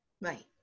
Right